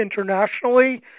internationally